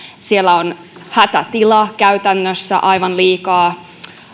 siellä on hätätila käytännössä aivan liikaa